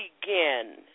begin